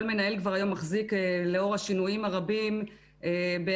כל מנהל כבר היום מחזיק לאור השינויים הרבים בערך